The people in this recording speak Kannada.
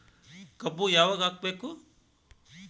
ಕಬ್ಬು ಯಾವಾಗ ಹಾಕಬೇಕು?